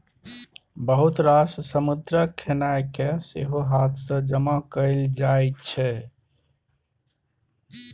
बहुत रास समुद्रक खेनाइ केँ सेहो हाथ सँ जमा कएल जाइ छै